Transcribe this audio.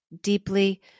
deeply